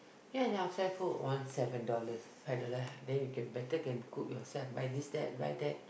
ya they have sell food one seven dollars five dollar then you can better can cook yourself buy this that buy that